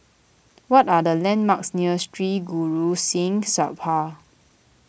what are the landmarks near Sri Guru Singh Sabha